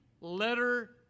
letter